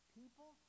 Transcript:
people